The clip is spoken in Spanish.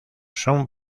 son